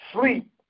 sleep